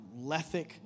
lethic